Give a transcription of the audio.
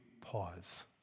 pause